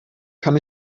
kann